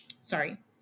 sorry